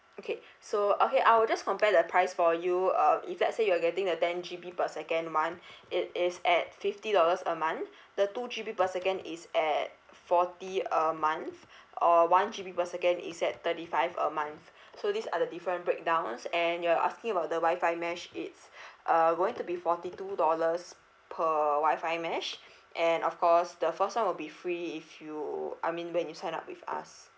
okay so okay I will just compare the price for you um if let's say you're getting the ten G_B per second one it is at fifty dollars a month the two G_B per second is at forty a month or one G_B per second is at thirty five a month so these are the different breakdowns and you are asking about the wifi mesh it's uh going to be forty two dollars per wifi mesh and of course the first one will be free if you I mean when you sign up with us